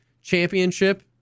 championship